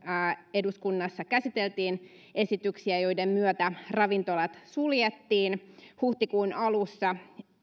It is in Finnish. eduskunnassa käsiteltiin esityksiä joiden myötä ravintolat suljettiin huhtikuun alussa